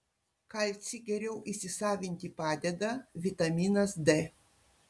kalcį geriau įsisavinti padeda vitaminas d